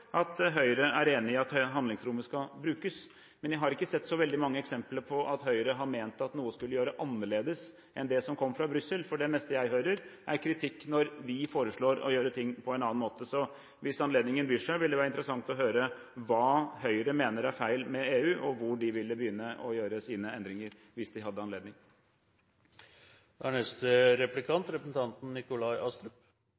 har ikke sett så veldig mange eksempler på at Høyre har ment at noe skulle gjøres annerledes enn det som kom fra Brussel, for det meste jeg hører, er kritikk når vi foreslår å gjøre ting på en annen måte. Så hvis anledningen byr seg, ville det være interessant å høre hva Høyre mener er feil med EU, og hvor de ville begynne å gjøre sine endringer hvis de hadde